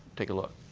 take a look.